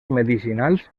medicinals